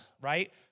right